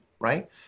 right